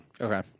Okay